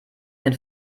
mit